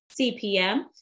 CPM